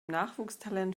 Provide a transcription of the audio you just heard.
nachwuchstalent